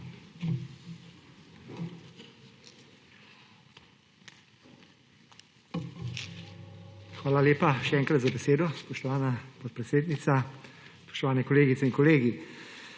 Hvala lepa še enkrat za besedo, spoštovana podpredsednica. Spoštovane kolegice in kolegi!